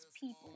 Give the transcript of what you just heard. people